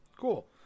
Cool